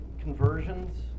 conversions